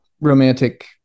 romantic